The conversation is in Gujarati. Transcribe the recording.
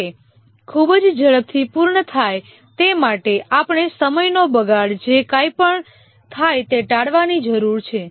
તે ખૂબ જ ઝડપથી પૂર્ણ થાય તે માટે આપણે સમયનો બગાડ જે કાંઈ પણ થાય તે ટાળવાની જરૂર છે